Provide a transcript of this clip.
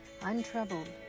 untroubled